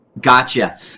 Gotcha